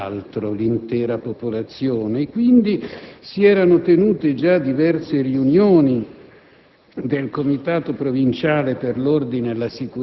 cortei, di processioni e quant'altro, l'intera popolazione. Quindi si erano tenute già diverse riunioni